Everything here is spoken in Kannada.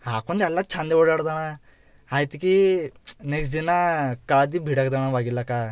ಹಾಕೊಂಡ್ ಎಲ್ಲ ಚಂದ ಓಡಾಡ್ದಣ್ಣ ಆಯ್ತ್ ಕೀ ನೆಕ್ಸ್ಟ್ ದಿನ ಕಾದು ಬಿಡಗ್ದಣ್ಣ ಒಗಿಲಿಕ್ಕ